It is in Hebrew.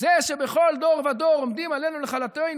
זה "שבכל דור ודור עומדים עלינו לכלותינו"